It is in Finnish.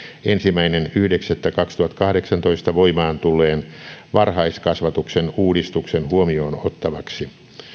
ensimmäinen yhdeksättä kaksituhattakahdeksantoista voimaan tulleen varhaiskasvatuksen uudistuksen huomioon ottavaksi